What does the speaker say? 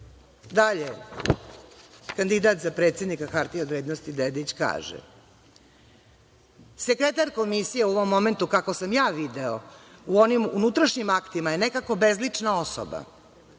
kandidat za predsednika hartije od vrednosti, Dedeić kaže: „Sekretar Komisije u ovo momentu, kako sam ja video u onim unutrašnjim aktima, je nekako bezlična osoba.